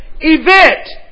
event